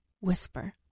whisper